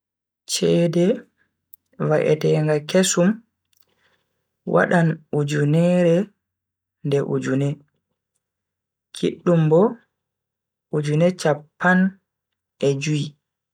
Cede Va'etenga kesum wadan ujunure nde ujune, kiddum bo ujune chappan e jui.